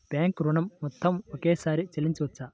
Bank ఋణం మొత్తము ఒకేసారి చెల్లించవచ్చా?